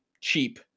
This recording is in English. cheap